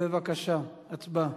בבקשה, הצבעה.